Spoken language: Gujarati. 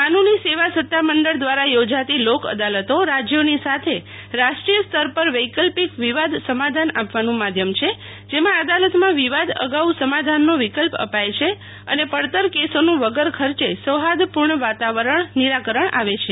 કાનૂની સેવા સત્તામંડળ દ્વારા યોજાતી લોક અદાલતો રાજ્યોની સાથે રાષ્ટ્રીય સ્તર પર વૈકલ્પિક વિવાદ સમાધાન આપવાનું માધ્યમ છે જેમાં અદાલતમાં વિવાદ અગાઉ સમાધાનનો વિકલ્પ અપાય છે અને પડતર કેસોનું વગર ખર્ચ સૌહાદપૂર્ણ વાતાવરણ નિરાકરણ આવે છે